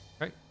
Right